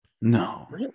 No